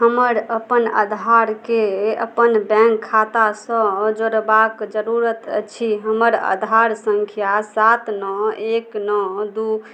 हमर अपन आधारके अपन बैंक खातासँ जोड़बाक जरूरत अछि हमर आधार संख्या सात नओ एक नओ दू